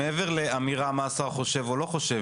מעבר לאמירה מה השר חושב או לא חושב.